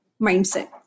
mindset